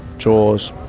jaws,